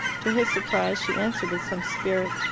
to his surprise she answered with some spirit,